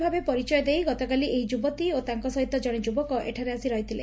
ତାଙ୍ ମୁ ଭାବେ ପରିଚୟ ଦେଇ ଗତକାଲି ଏହି ଯୁବତୀ ଓ ତାଙ୍କ ସହିତ ଜଣେ ଯୁବକ ଏଠାରେ ଆସି ରହିଥିଲେ